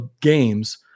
games